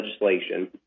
legislation